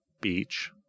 Beach